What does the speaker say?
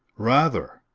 rather!